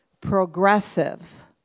progressive